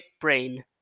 Brain